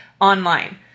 online